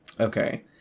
Okay